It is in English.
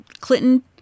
Clinton